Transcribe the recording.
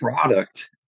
product